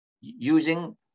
using